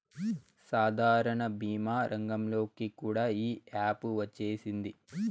సాధారణ భీమా రంగంలోకి కూడా ఈ యాపు వచ్చేసింది